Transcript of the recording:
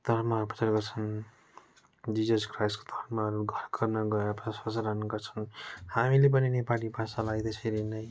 धर्महरू प्रचार गर्छन् जिजस क्राइस्टको धर्महरू घर घरमा गएर प्रसारण गर्छन् हामीले पनि नेपाली भाषालाई त्यसरी नै